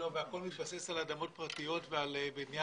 הכול מתבסס על אדמות פרטיות ועל בנייה